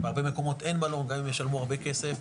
הרבה מקומות אין מלון גם אם ישלמו הרבה כסף,